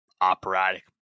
operatic